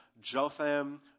Jotham